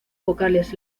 vocales